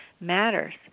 matters